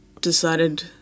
decided